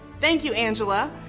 thank you, angela.